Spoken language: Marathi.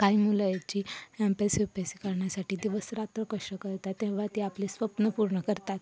काही मुलं आहेत जी अभ्यास अभ्यास करण्यासाठी ते दिवसरात्र कष्ट करतात तेव्हा ते आपले स्वप्न पूर्ण करतात